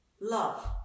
love